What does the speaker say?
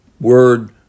word